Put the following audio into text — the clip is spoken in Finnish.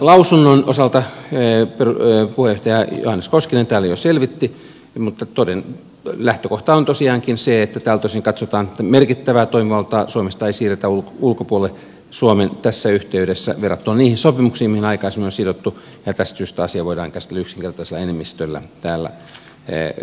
perustuslakivaliokunnan lausuntoa puheenjohtaja johannes koskinen täällä jo selvitti mutta lähtökohta on tosiaankin se että tältä osin katsotaan että merkittävää toimivaltaa suomesta ei siirretä suomen ulkopuolelle tässä yhteydessä verrattuna niihin sopimuksiin mihin aikaisemmin on sitouduttu ja tästä syystä asia voidaan käsitellä yksinkertaisella enemmistöllä tässä salissa